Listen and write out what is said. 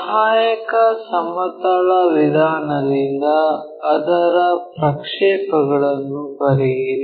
ಸಹಾಯಕ ಸಮತಲ ವಿಧಾನದಿಂದ ಅದರ ಪ್ರಕ್ಷೇಪಗಳನ್ನು ಬರೆಯಿರಿ